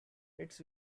its